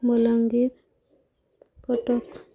Balangir Cuttack